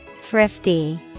Thrifty